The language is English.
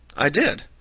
i did.